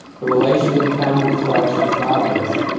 the relation to the pound of flesh is obvious.